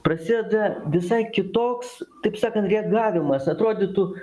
prasideda visai kitoks taip sakant reagavimas atrodytų